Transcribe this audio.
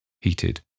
heated